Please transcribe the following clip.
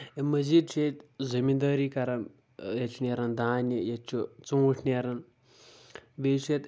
امہِ مٔزیٖد چھُ ییٚتہِ زٔمیٖندٲری کران ییٚتہِ چھُ نیران دانہِ ییٚتہِ چھُ ژوٗنٹھۍ نیران بیٚیہِ چھِ ییٚتہِ